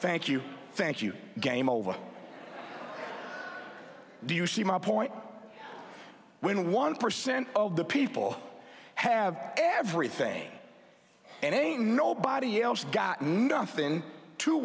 thank you thank you game over do you see my point when one percent of the people have everything and a nobody else got nothing to